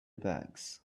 bags